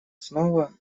снова